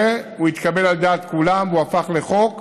והוא התקבל על דעת כולם והפך לחוק,